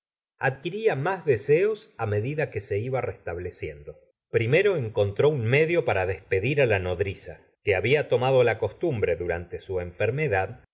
adquiría más deseos á medida que se iba restableciendo primero encontró un medio para despedir á la nodriza que había omado la costumbre durante su enfermedad